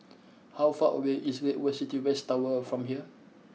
how far away is Great World City West Tower from here